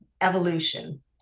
evolution